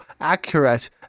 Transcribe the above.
accurate